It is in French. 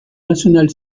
nationale